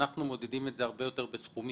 אנחנו מודדים את זה הרבה יותר בסכומים.